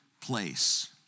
place